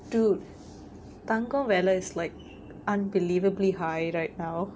dude தங்க விலை:thanga vilai is like unbelievably high right now